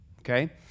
okay